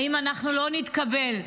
האם אנחנו לא נתקבל.